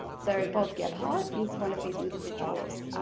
so bob gebhardt is one of these individuals.